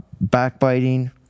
backbiting